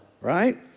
right